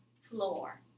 floor